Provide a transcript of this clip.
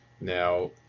Now